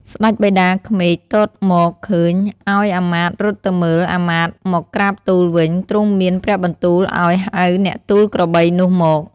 ស្តេចបិតាក្មេកទតមក ឃើញអោយអាមាត្យរត់ទៅមើល អាមាត្យមកក្រាបទូលវិញ ទ្រង់មានព្រះបន្ទូលអោយ ហៅអ្នកទូលក្របីនោះមក